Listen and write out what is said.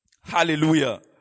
Hallelujah